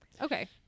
Okay